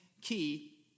key